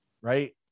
right